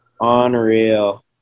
Unreal